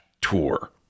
tour